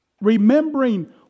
Remembering